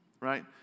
right